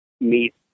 meet